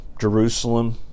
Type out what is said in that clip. Jerusalem